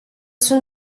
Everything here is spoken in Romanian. sunt